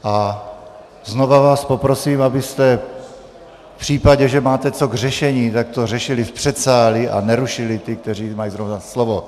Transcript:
A znova vás poprosím, abyste v případě, že máte co k řešení, tak to řešili v předsálí a nerušili ty, kteří mají zrovna slovo.